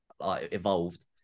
evolved